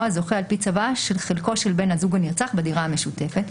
הזוכה על פי צוואה של חלקו של בן הזוג הנרצח בדירה המשותפת,